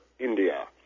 India